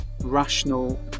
rational